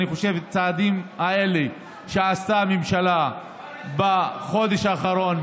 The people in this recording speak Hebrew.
אני חושב שהצעדים האלה שעשתה הממשלה בחודש האחרון,